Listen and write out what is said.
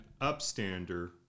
upstander